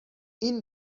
این